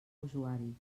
usuari